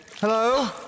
Hello